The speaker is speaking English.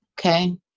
okay